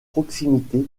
proximité